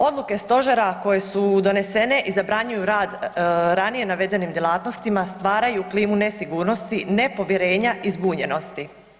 Odluke Stožera koje su donesene i zabranjuju rad ranije navedenim djelatnostima stvaraju klimu nesigurnosti, nepovjerenja i zbunjenosti.